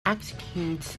executes